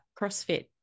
CrossFit